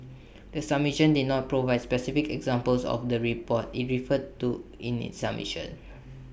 the submission did not provide specific examples of the reports IT referred to in its submission